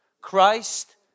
Christ